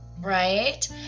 right